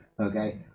Okay